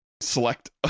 select